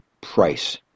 price